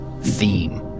Theme